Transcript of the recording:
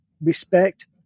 respect